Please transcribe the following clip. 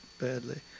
badly